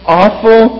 awful